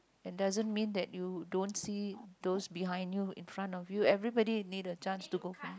and doesn't mean that you don't see those behind you in front of you everybody need a chance to go home